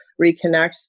reconnect